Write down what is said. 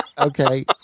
okay